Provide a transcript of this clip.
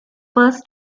first